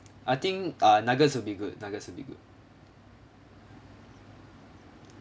I think ah nuggets will be good nuggets will be good